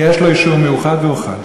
אם יש לו אישור מיוחד הוא יוכל.